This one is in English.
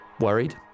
Worried